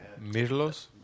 mirlos